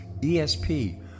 ESP